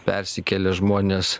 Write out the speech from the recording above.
persikėlė žmonės